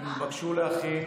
שנתבקשו להכין